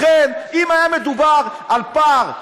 לכן, אם היה מדובר על פער,